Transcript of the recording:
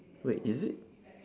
wait is it